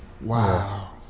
Wow